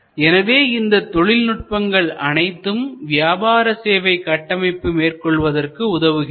எனவே இந்த தொழில் நுட்பங்கள் அனைத்தும் வியாபார சேவை கட்டமைப்பு மேற்கொள்வதற்கு உதவுகின்றன